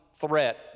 threat